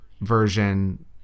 version